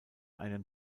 einem